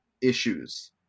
issues